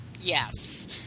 Yes